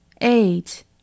Eight